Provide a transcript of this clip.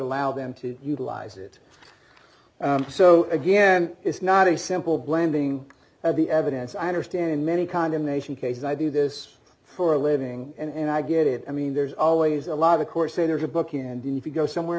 allow them to utilize it so again it's not a simple blending of the evidence i understand in many condemnation cases i do this for a living and i get it i mean there's always a lot of course say there's a book and if you go somewhere